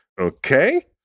Okay